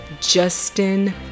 Justin